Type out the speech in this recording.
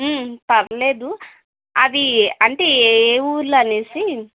పర్లేదు అది అంటే ఏ ఊర్లు అనేసి